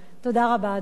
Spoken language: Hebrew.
תודה רבה, אדוני.